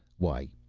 why.